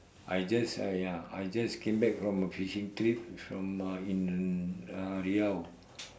I just uh ya I just came back from a fishing trip from uh in uh riau